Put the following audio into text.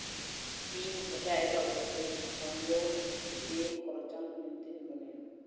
ᱤᱧ ᱮᱴᱟᱜ ᱮᱴᱟᱜ ᱚᱭᱮᱵᱽ ᱥᱟᱭᱤᱴ ᱠᱷᱚᱱ ᱫᱚ ᱰᱷᱮᱨ ᱠᱷᱚᱨᱚᱪᱟᱱ ᱢᱮᱱᱛᱤᱧ ᱢᱚᱱᱮᱭᱟ